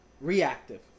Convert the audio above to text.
reactive